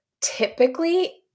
typically